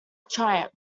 triumph